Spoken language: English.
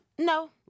No